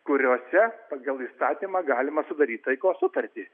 kuriose pagal įstatymą galima sudaryt taikos sutartis